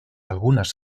algunas